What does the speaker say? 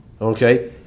Okay